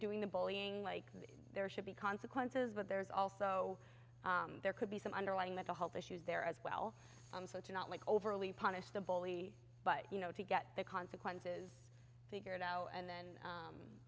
doing the bullying like there should be consequences but there's also there could be some underlying mental health issues there as well i'm so to not like overly punish the bully but you know to get the consequences figured out and then